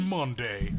Monday